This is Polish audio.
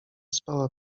spała